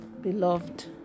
Beloved